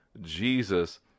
Jesus